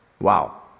Wow